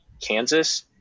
kansas